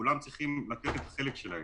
וכולם צריכים לתת את החלק שלהם.